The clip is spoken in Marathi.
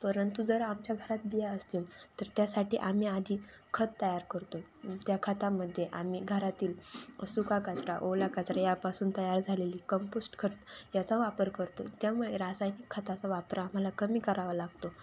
परंतु जर आमच्या घरात बिया असतील तर त्यासाठी आम्ही आधी खत तयार करतो त्या खतामध्ये आम्ही घरातील सुका कचरा ओला कचरा यापासून तयार झालेली कंपोस्ट खत याचा वापर करतो त्यामुळे रासायनिक खताचा वापर आम्हाला कमी करावा लागतो